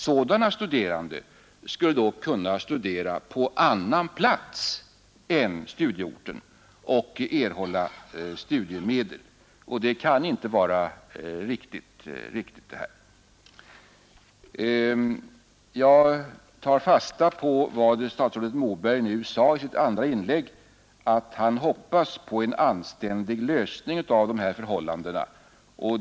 Sådana studeranden skulle då kunna studera på annan plats än studieorten och erhälla studiemedel, och detta kan inte vara riktigt. Jag tar fasta på att statsrådet Moberg i sitt andra inlägg sade att han hoppas på en anständig lösning av dessa förhållanden.